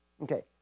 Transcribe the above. Okay